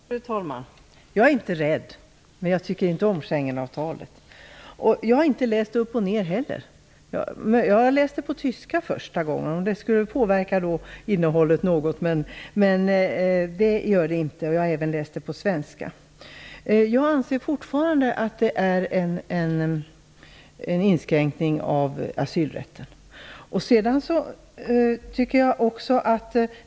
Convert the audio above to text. Fru talman! Jag är inte rädd, men jag tycker inte om Schengenavtalet. Jag har inte läst upp och ner heller. Jag läste avtalet på tyska första gången, om det nu skulle påverka uppfattningen av innehållet något, men det gör det inte. Jag har även läst det på svenska. Jag anser fortfarande att det är en inskränkning av asylrätten.